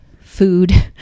food